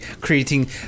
creating